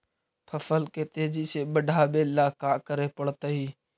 फसल के तेजी से बढ़ावेला का करे पड़तई?